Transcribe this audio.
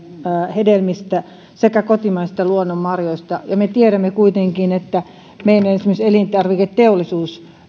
hedelmistä sekä kotimaisista luonnonmarjoista me tiedämme kuitenkin että esimerkiksi meidän elintarviketeollisuus